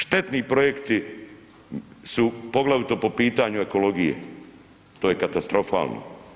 Štetni projekti su poglavito po pitanju ekologije, to je katastrofalno.